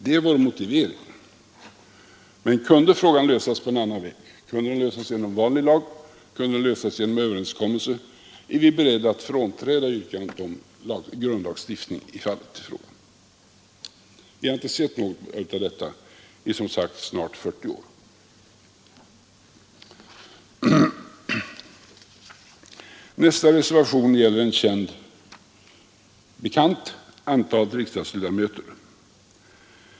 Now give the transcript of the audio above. Det är vår motivering. Men kunde frågan lösas på en annan väg — genom vanlig lag, genom överenskommelse — är vi beredda att frånträda yrkandet om grundlagsstiftning i fallet i fråga. Vi har inte sett något av detta i som sagt snart 40 år. Nästa reservation gäller en gammal bekant: antalet riksdagsledamöter.